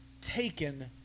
taken